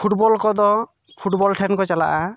football ᱠᱚᱫᱚ football ᱴᱷᱮᱱ ᱠᱚ ᱪᱟᱞᱟᱜᱼᱟ